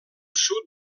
sud